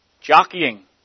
jockeying